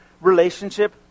relationship